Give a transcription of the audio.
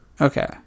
Okay